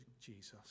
Jesus